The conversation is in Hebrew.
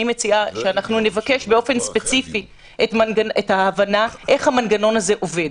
אני אבקש שנבקש באופן ספציפי את ההבנה איך המנגנון הזה עובד.